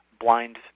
blind